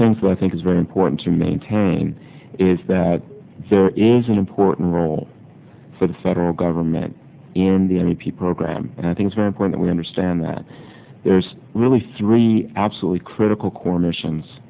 things that i think is very important to maintain is that there is an important role for the federal government in the n e p program and i think is very important we understand that there's really three absolutely critical core missions